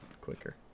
quicker